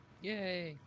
Yay